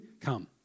Come